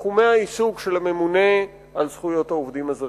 מתחומי העיסוק של הממונה על זכויות העובדים הזרים.